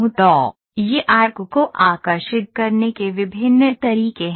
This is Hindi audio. तो ये आर्क को आकर्षित करने के विभिन्न तरीके हैं